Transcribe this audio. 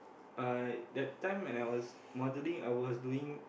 I that time when I was modelling I was doing